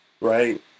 Right